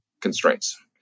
constraints